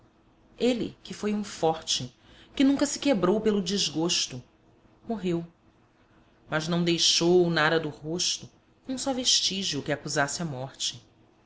ele que foi um forte que nunca se quebrou pelo desgosto morreu mas não deixou na ara do rosto um só vestígio que acusasse a morte